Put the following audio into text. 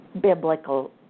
biblical